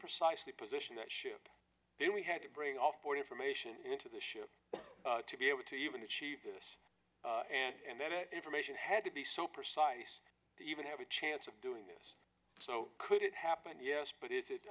precisely position that ship then we had to bring all for information into the ship to be able to even achieve this and that information had to be so precise that even have a chance of doing this so could it happen yes but is it